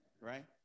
Right